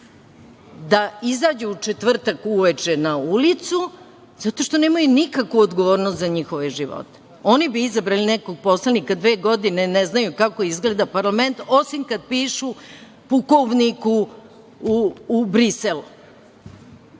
da izađu u četvrtak uveče na ulicu zato što nemaju nikakvu odgovornost za njihove živote? Oni bi izabrali nekog poslanika, a dve godine ne znaju kako izgleda parlament, osim kad pišu pukovniku u Briselu.